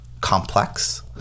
complex